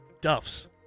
Duff's